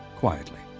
quietly.